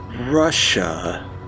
...Russia